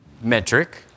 metric